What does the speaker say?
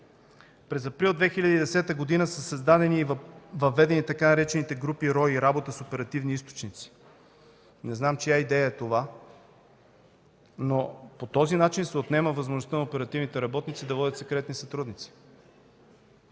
През април 2010 г. са създадени и въведени така наречените групи РОИ – „Работа с оперативни източници”. Не знам чия идея е това, но по този начин се отнема възможността на оперативните работници да водят секретни сътрудници.